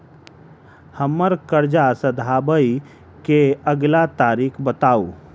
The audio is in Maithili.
हम्मर कर्जा सधाबई केँ अगिला तारीख बताऊ?